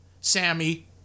Sammy